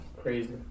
Crazy